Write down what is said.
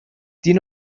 دین